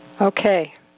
Okay